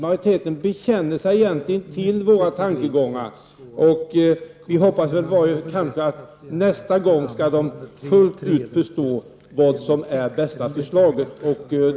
Majoriteten bekänner sig egentligen till våra tankegångar, och vi hoppas att majoriteten nästa gång fullt ut skall förstå vad som är det bästa förslaget.